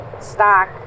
stock